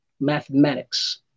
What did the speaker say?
mathematics